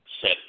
Set